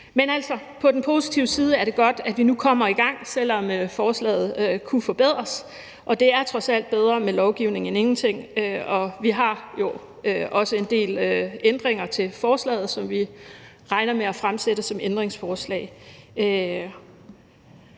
på den positive side er det godt, at vi nu kommer i gang, selv om forslaget kunne forbedres. Det er trods alt bedre med lovgivning end ingenting. Og vi har jo også en del ændringer til forslaget, som vi regner med at stille som ændringsforslag.